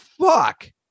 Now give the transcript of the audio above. fuck